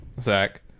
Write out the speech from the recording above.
Zach